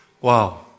Wow